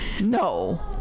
no